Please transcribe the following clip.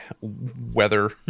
weather